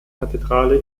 kathedrale